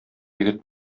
егет